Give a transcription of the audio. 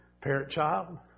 parent-child